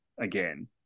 again